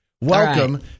Welcome